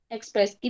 Express